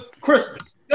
christmas